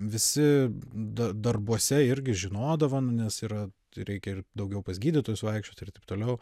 visi da darbuose irgi žinodavo nu nes yra reikia ir daugiau pas gydytojus vaikščiot ir taip toliau